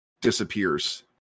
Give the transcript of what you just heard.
disappears